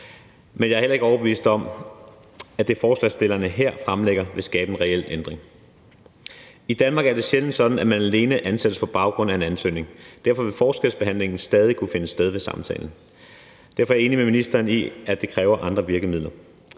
Men jeg er heller ikke overbevist om, at det, forslagsstillerne her fremlægger, vil skabe en reel ændring. I Danmark er det sjældent sådan, at man alene ansættes på baggrund af en ansøgning, og derfor vil forskelsbehandlingen stadig kunne finde sted ved samtalen. Derfor er jeg enig med ministeren i, at det kræver andre virkemidler.